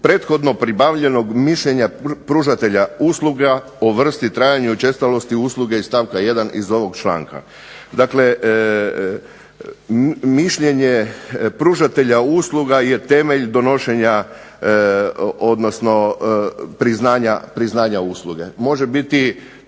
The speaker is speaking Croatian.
prethodno pribavljenog mišljenja pružatelja usluga o vrsti, trajanju, učestalosti usluge iz stavka 1. ovog članka". Dakle, mišljenje pružatelja usluga je temelj donošenja odnosno priznanja usluge. Može biti